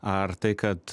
ar tai kad